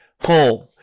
home